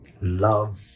love